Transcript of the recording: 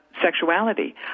sexuality